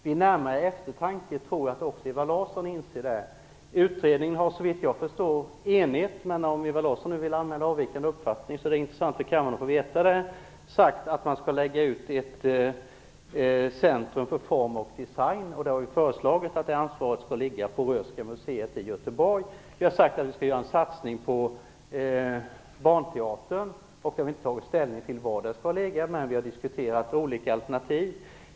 Vid närmare eftertanke tror jag att också Ewa Larsson inser det. Utredningen var såvitt jag förstår enig - men om Ewa Larsson nu vill anmäla avvikande uppfattning är det intressant för kammaren att få veta det - om att man skall lägga ut ett centrum för form och design, och vi har föreslagit att ansvaret skall ligga på Röhsska museet i Göteborg. Vi har sagt att det skall göras en satsning på barnteatern, men vi har inte tagit ställning till var den skall ligga, men vi har diskuterat olika alternativ.